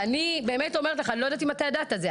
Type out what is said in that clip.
אני לא יודעת אם ידעת את זה.